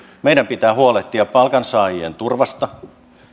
meidän pitää huolehtia palkansaajien turvasta